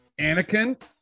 Anakin